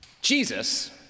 Jesus